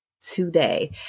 today